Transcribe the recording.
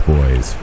Boys